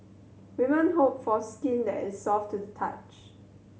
women hope for skin that is soft to the touch